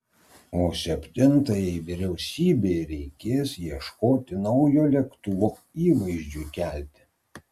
o septintajai vyriausybei reikės ieškoti naujo lėktuvo įvaizdžiui kelti